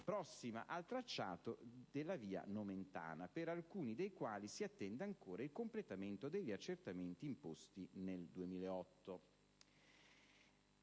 prossima al tracciato della via Nomentana, per alcuni dei quali si attende ancora il completamento degli accertamenti imposti nel 2008.